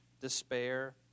despair